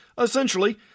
Essentially